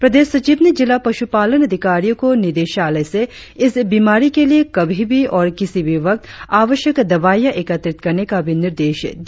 प्रदेश सचिव ने जिला पशुपालन अधिकारियो को निदेशालय से इस बीमारी के लिए कभी भी और किसी भी वक्त आवश्यक दवाईया एकत्रित करने का भी निर्देश दिया